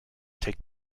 take